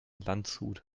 landshut